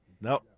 No